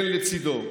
כן, לצידו,